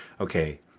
Okay